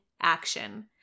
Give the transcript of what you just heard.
action